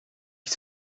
que